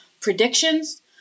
predictions